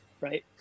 right